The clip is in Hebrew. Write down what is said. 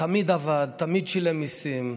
תמיד עבד, תמיד שילם מיסים,